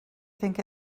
think